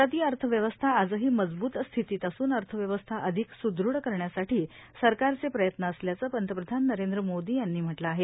भारतीय अर्थिव्यवस्था आजठी मजबूत स्थितीत असून अर्थव्यवस्था अधिक सुदृढ करण्यासाठी सरकारचे प्रवत्ज असल्याचं पंतप्रधान वरेंद्र मोदी यांनी म्हटलं आहे